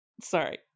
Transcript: Sorry